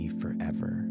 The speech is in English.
forever